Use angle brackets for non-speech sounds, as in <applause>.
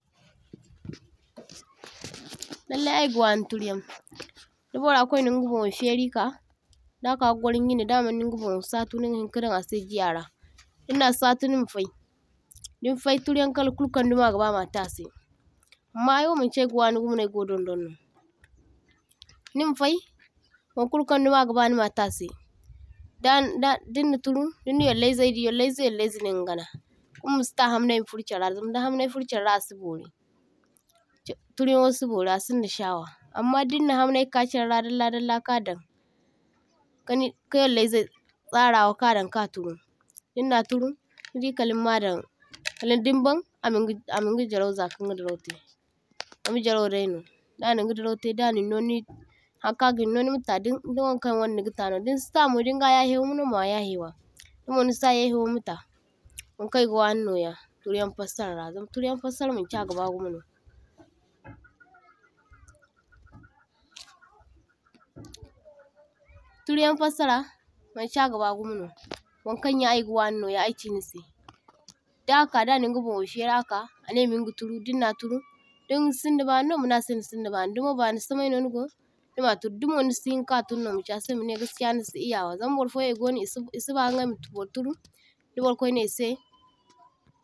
<noise> toh – toh Lallai ai ga wani turyaŋ, da bara kwai ninga bonwo feri ka da ka ka gwaro ni ji ne da maniŋ ga bonwo satu niga hinka dan ase ji ara, din na satu nima fai, diŋ fai turyan kala kulu kaŋ dumo aga ba ma tase, amma aiwo manchi ai ga wani gumono ai go dondoŋno, nim fai wanka dumo agaba nima tase da da din na turu din na yallaizai di yallaizai yallaizai ninga gana. Kama masi ta hamnai ma fur charra, zam da hamnai fur charra asi bori, ji turyanwo si bori asinda shawa, amma din na damnai ka charra dalla dalla ka daŋ kani ka yallaizai tsarawa ka daŋ ka turu, dinna turu nidi kilin ma daŋ kali din baŋ amin gi ammiŋ gi jarau za kin ga dirau te, zama jirauwo daino, da nin ga dirau te da’a nin no ni hankaŋ agin no ni ma ta di wankan wanno niga ta no dinsi tamo dinga yahewa no ma yahewa, kuma dinsa yehewa ma ta, wankan aiga wani noya, turyaŋ fassara zama turyaŋ fassara manchi aga bagumo no <noise> toh–toh. Turyaŋ fassara manchi aga bagumo no wankaŋ yaŋ aiga wani no ya ai chi nise, da ka da ninga bonwo feri aka ane minga turu din na turu din sinda bani no mana se nisin da bani, da mo bani samai no nigo ni ma turu, dinmo ni si hinka turu ma chi ase mane gaskiya nisi iyawa zam barfo igono is isi ba ingai ma bar turu da bar kwai ne ise.